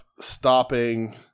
stopping